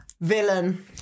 Villain